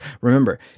remember